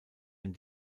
den